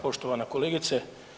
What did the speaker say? Poštovana kolegice.